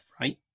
right